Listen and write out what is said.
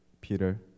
Peter